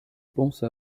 pense